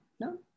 no